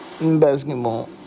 Basketball